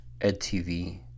EdTV